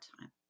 time